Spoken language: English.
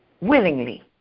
willingly